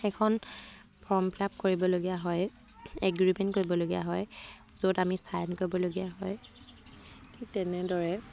এখন form fill up কৰিবলগীয়া হয় এগ্ৰমেণ্ট কৰিবলগীয়া হয় য'ত আমি ছাইন কৰিবলগীয়া হয় ঠিক তেনেদৰে